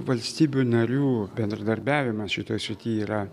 valstybių narių bendradarbiavimas šitoj srity yra